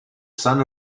son